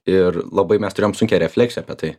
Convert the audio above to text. ir labai mes turėjom sunkią refleksiją apie tai